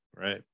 Right